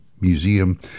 Museum